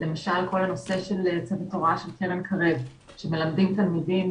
למשל כל הנושא של צוות הוראה של קרן קרב שמלמדים תלמידים,